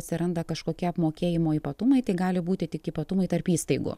atsiranda kažkokie apmokėjimo ypatumai tai gali būti tik ypatumai tarp įstaigų